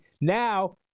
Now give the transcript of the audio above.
now